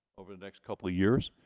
over the next couple of years,